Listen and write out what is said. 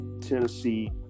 Tennessee –